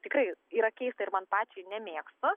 tikrai yra keista ir man pačiai nemėgstu